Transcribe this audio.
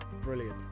Brilliant